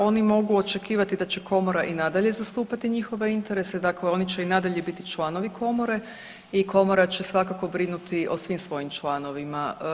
Oni mogu očekivati da će Komora i nadalje zastupati njihove interese, dakle oni će i nadalje biti članovi Komore i Komora će svakako brinuti o svim svojim članovima.